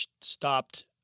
stopped